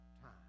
time